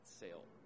sale